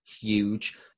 huge